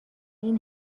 این